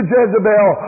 Jezebel